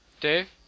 Dave